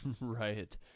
Right